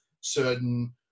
certain